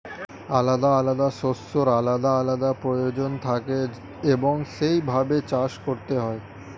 আলাদা আলাদা শস্যের আলাদা আলাদা প্রয়োজন থাকে এবং সেই ভাবে চাষ করতে হয়